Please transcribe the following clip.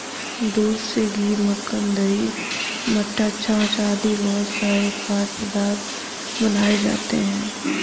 दूध से घी, मक्खन, दही, मट्ठा, छाछ आदि बहुत सारे खाद्य पदार्थ बनाए जाते हैं